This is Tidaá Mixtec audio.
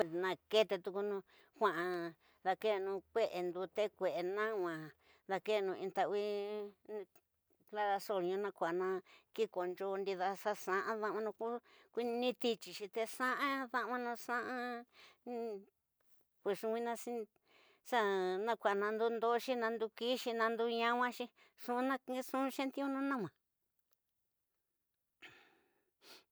Maketenu tuku knu'a dakenu kue ndute kue nangua, dakenu ñitawi. Ñaresoñu ñu kua kikona, ndida xa xana dangwani to ñitiyi, te xaxa dangwani, xana. pues ñuina xana ndodxi, ñandu kixi, na ndu nangaxi nxu xentiunu